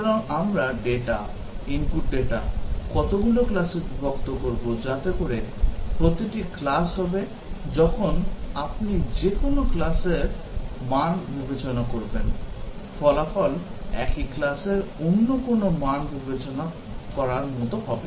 সুতরাং আমরা data input data কতগুলো ক্লাসে বিভক্ত করব যাতে করে প্রতিটি ক্লাস হবে যখন আপনি যে কোনও ক্লাসের মান বিবেচনা করবেন ফলাফল একই ক্লাসের অন্য কোনও মান বিবেচনা করার মতো হবে